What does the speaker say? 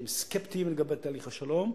שהם סקפטיים לגבי תהליך השלום,